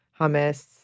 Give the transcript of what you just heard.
hummus